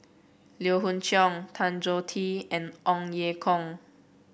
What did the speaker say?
Lee Hoon Leong Tan Choh Tee and Ong Ye Kung